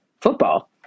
football